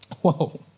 Whoa